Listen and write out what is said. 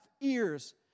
ears